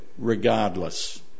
Regardless